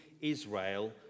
Israel